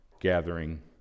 gathering